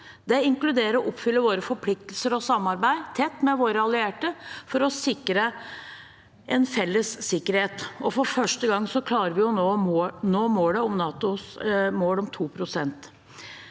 Det inkluderer å oppfylle våre forpliktelser og å samarbeide tett med våre allierte for å sikre en felles sikkerhet. For første gang klarer vi også å nå NATOs mål om 2 pst.